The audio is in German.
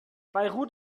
beirut